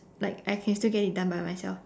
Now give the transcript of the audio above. like I can still get it done by myself